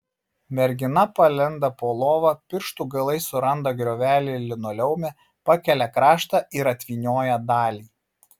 mergina palenda po lova pirštų galais suranda griovelį linoleume pakelia kraštą ir atvynioja dalį